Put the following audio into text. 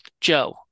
joe